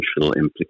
implications